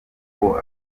uko